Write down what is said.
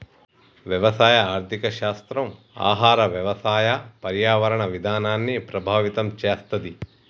వ్యవసాయ ఆర్థిక శాస్త్రం ఆహార, వ్యవసాయ, పర్యావరణ విధానాల్ని ప్రభావితం చేస్తది